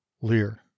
Lear